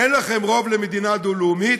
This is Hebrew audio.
אין לכם רוב למדינה דו-לאומית,